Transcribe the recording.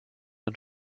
and